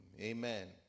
Amen